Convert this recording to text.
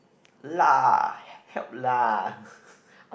lah help lah